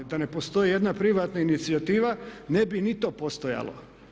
Da ne postoji jedna privatna inicijativa ne bi ni to postojalo.